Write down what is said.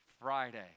Friday